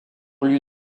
lui